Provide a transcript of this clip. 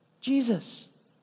Jesus